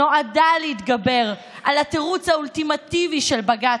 נועדה להתגבר על התירוץ האולטימטיבי של בג"ץ,